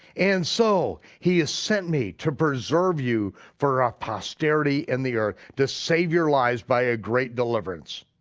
and so he has sent me to preserve you for ah posterity in the earth. to save your lives by a great deliverance.